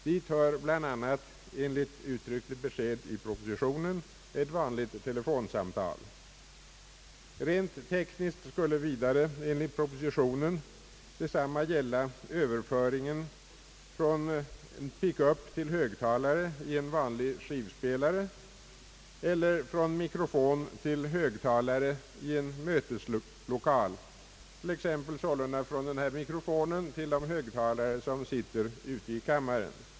Dit hör bl.a., enligt uttryckligt besked i propositionen, ett vanligt telefonsamtal. Rent tekniskt skulle vidare enligt propositionen detsamma gälla överföringen från pick-up till högtalare i en vanlig skivspelare eller från mikrofon till högtalare i en möteslokal, t.ex. sålunda från denna mikrofon till de högtalare som sitter ute i kammaren.